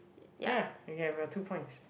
ya you can have your two points